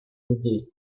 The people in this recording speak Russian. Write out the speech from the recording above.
людей